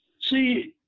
see